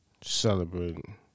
celebrating